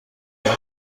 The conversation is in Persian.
باید